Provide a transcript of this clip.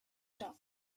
dots